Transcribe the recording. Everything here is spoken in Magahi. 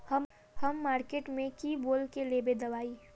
हम मार्किट में की बोल के लेबे दवाई?